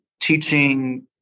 teaching